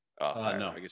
No